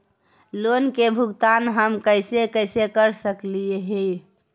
Loan के भुगतान हम कैसे कैसे कर सक हिय?